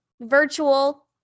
virtual